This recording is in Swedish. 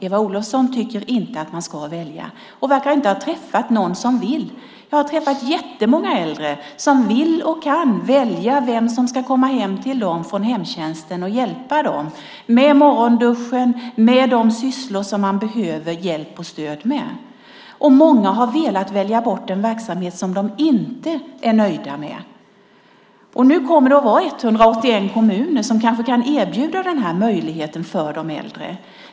Eva Olofsson tycker inte att man ska välja och verkar inte ha träffat någon som vill. Jag har träffat jättemånga äldre som vill och kan välja vem som ska komma hem till dem från hemtjänsten och hjälpa dem med morgonduschen och de andra sysslor som man behöver hjälp och stöd med. Många har velat välja bort en verksamhet som de inte är nöjda med. Nu kommer det att vara 181 kommuner som kanske kan erbjuda den här möjligheten för de äldre.